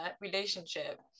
relationship